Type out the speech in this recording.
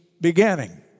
beginning